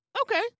Okay